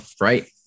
right